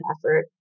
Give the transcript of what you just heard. effort